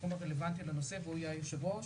בתחום הרלוונטי לנושא והוא יהיה היושב ראש,